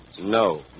No